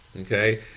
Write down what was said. Okay